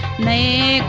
may